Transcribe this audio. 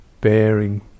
bearing